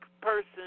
person